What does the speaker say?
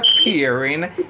appearing